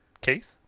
Keith